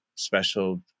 special